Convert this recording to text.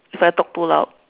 if I talk too loud